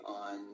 on